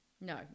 No